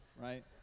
right